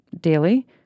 daily